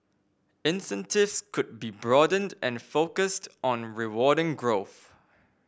incentives could be broadened and focused on rewarding growth